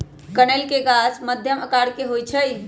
कनइल के गाछ मध्यम आकर के होइ छइ